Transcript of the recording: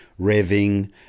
revving